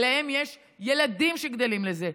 ולהם יש ילדים שגדלים לזה,